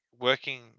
Working